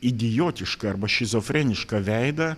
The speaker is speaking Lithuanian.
idiotišką arba šizofrenišką veidą